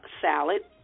salad